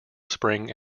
spring